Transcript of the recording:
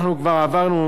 אנחנו כבר עברנו